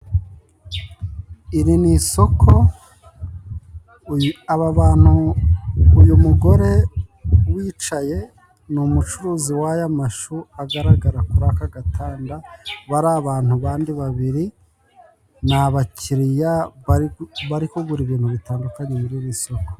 Iri ni isoko, aba bantu, uyu mugore wicaye ni umucuruzi w'aya mashu agaragara kuri aka gatanda, bariya bantu bandi babiri ni abakiriya bari kugura ibintu bitandukanye, biri muri iri isoko.